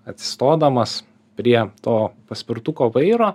atsistodamas prie to paspirtuko vairo